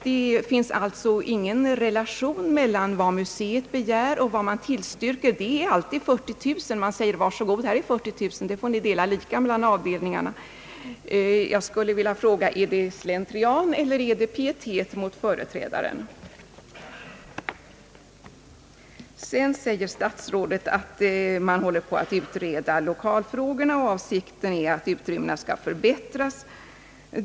Det finns alltså ingen relation mellan vad museet begär och vad man tillstyrker; det är alltid 40 000. Man säger: Var så god, här är 40 000, det får ni dela lika mellan avdelningarna. Jag skulle vilja fråga: Är det slentrian eller är det pietet mot företrädaren? Sedan säger statsrådet att man håller på att utreda lokalfrågorna och att avsikten är att utrymmena skall förbättras.